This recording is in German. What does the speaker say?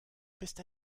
bist